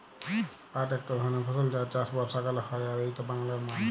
পাট একট ধরণের ফসল যার চাষ বর্ষাকালে হয় আর এইটা বাংলার মান